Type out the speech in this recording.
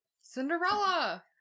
Cinderella